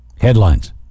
Headlines